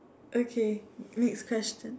okay next question